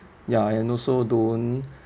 ya and also don't